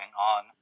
on